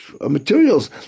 materials